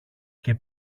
και